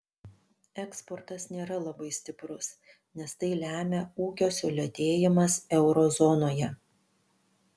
eksportas nėra labai stiprus nes tai lemia ūkio sulėtėjimas euro zonoje